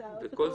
את אותו מב"ד.